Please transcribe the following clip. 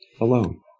alone